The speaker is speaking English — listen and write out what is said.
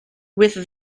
with